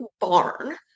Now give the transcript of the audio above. barn